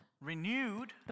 Renewed